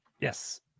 yes